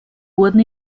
wurden